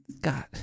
God